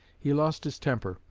he lost his temper.